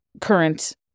current